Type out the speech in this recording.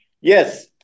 Yes